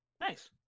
Nice